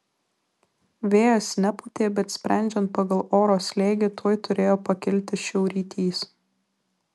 vėjas nepūtė bet sprendžiant pagal oro slėgį tuoj turėjo pakilti šiaurrytys